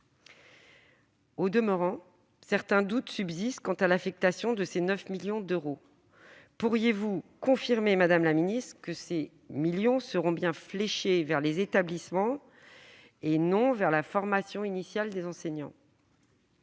Au demeurant, certains doutes subsistent quant à l'affectation de ces 9 millions d'euros. Pourriez-vous confirmer, madame la ministre, que ces millions seront bien fléchés vers les établissements et non vers la formation initiale des enseignants ?